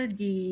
di